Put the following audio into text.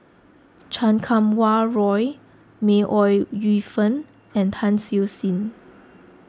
Chan Kum Wah Roy May Ooi Yu Fen and Tan Siew Sin